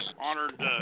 honored